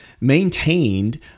maintained